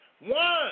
One